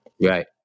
Right